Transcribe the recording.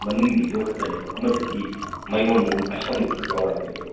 ꯃꯅꯨꯡꯒꯤꯗꯣ ꯈꯇꯅꯦꯕ ꯑꯃꯗꯨꯗꯤ ꯃꯌꯣꯟꯕꯧ ꯑꯁꯪꯕꯕꯧ ꯌꯥꯎꯔꯛꯑꯕꯅꯦꯕ